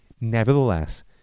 Nevertheless